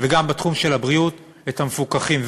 וגם בתחום הבריאות, את המבוטחים.